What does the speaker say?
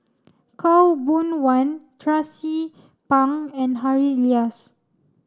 Khaw Boon Wan Tracie Pang and Harry Elias